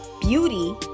beauty